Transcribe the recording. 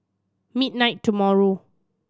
midnight tomorrow